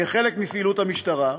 כחלק מפעילות המשטרה,